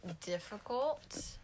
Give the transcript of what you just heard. difficult